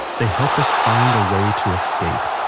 they help us find a way to escape,